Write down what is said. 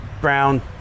Brown